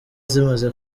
zimaze